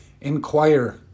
Inquire